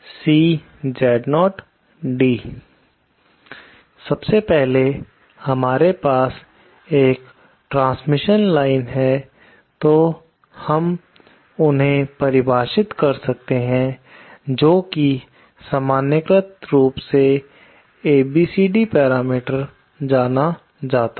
सबसे पहले हमारे पास एक पारेषण रेखाएँ है तो हम उन्हें परिभाषित कर सकते हैं जो कि सामान्य कृत रूप से ABCD पैरामीटर जाना जाता है